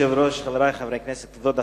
אדוני היושב-ראש, חברי חברי הכנסת, כבוד השר,